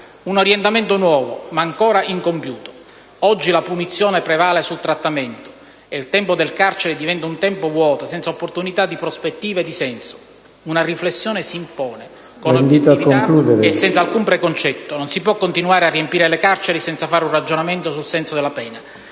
un orientamento nuovo, ma ancora incompiuto. Oggi la punizione prevale sul trattamento e il tempo del carcere diventa un tempo vuoto, senza opportunità di prospettive e di senso. Una riflessione si impone con obiettività e senza alcun preconcetto. Non si può continuare a riempire le carceri senza fare un ragionamento sul senso della pena.